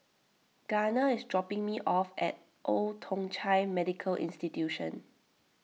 Garner is dropping me off at Old Thong Chai Medical Institution